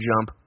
jump